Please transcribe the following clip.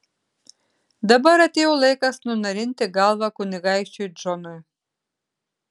dabar atėjo laikas nunarinti galvą kunigaikščiui džonui